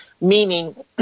meaning